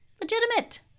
Legitimate